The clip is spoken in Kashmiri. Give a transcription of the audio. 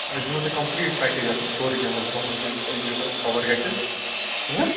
أسۍ دِمو تۄہہِ کمپٕلیٖٹ پٮ۪کیج اَتھ منٛز سورٕے کیٚنٛہہ مطلب اَتھ منٛز چھِ یوٗتاہ یوٗتاہ کَوَر گَژھِ ہہ